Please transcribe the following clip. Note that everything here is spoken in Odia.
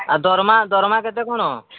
ଆଉ ଦରମା ଦରମା କେତେ କ'ଣ